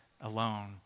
alone